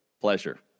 Pleasure